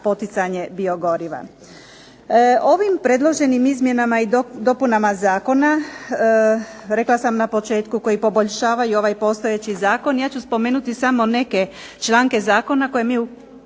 Ovim predloženim izmjenama i dopunama zakona, rekla sam na početku koji poboljšavaju ovaj postojeći zakon, ja ću spomenuti samo neke članke zakona koje mi